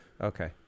Okay